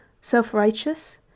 self-righteous